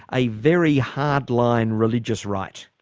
a very hardline religious right.